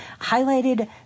highlighted